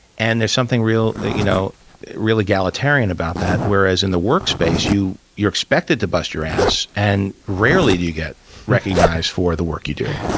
and there's something real you know real egalitarian about that, whereas in the workspace, you're expected to bust your ass, and rarely do you get recognized for the work you do.